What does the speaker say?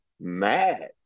mad